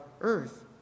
earth